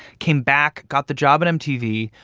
came back, got the job at mtv,